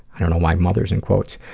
i don't know why mother is in quotes, ah,